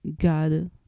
God